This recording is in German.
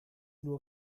nur